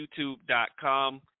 youtube.com